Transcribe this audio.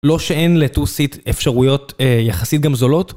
לא שאין ל- two seat אפשרויות יחסית גם זולות.